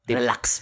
relax